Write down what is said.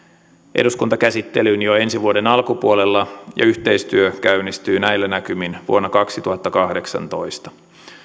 eduskuntakäsittelyyn jo ensi vuoden alkupuolella ja yhteistyö käynnistyy näillä näkymin vuonna kaksituhattakahdeksantoista